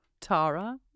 Tara